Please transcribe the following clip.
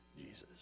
Jesus